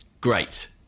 Great